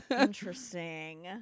interesting